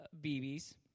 BBs